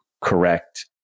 correct